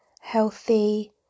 healthy